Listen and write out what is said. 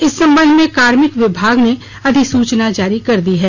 इस संबंध में कार्मिक विभाग ने अधिसूचना जारी कर दी है